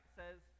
says